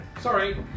Sorry